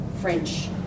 French